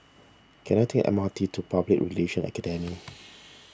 can I take M R T to Public Relations Academy